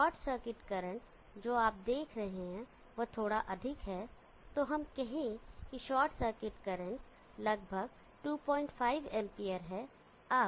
short circuit current जो आप देख रहे हैं वह थोड़ा अधिक है तो हम कहें कि शॉर्ट सर्किट करंट लगभग 25 एम्पियर है